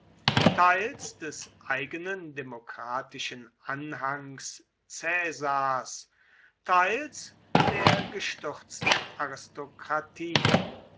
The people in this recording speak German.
teils des eigenen demokratischen anhangs caesars teils der gestürzten aristokratie